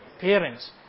parents